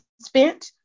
spent